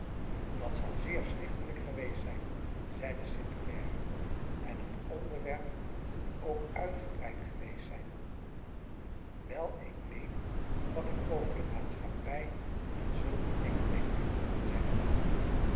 dat zal zeer stichtelijk geweest zijn zeide st clare en het onderwerp moet ook uitgebreid geweest zijn wel ik meen wat ik over de maatschappij en zulke dingen denk zeide marie